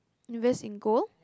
invest in gold